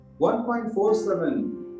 1.47